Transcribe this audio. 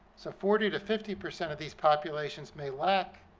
so forty to fifty percent of these populations may lack